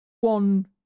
one